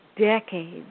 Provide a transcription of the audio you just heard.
decades